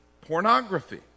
Pornography